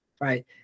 right